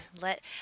Let